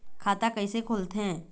खाता कइसे खोलथें?